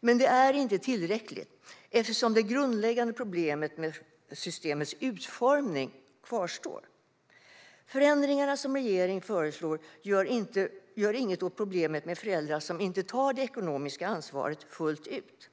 Men det är inte tillräckligt, eftersom det grundläggande problemet med systemets utformning kvarstår. De förändringar som regeringen föreslår gör inget åt problemet med föräldrar som inte tar det ekonomiska ansvaret fullt ut.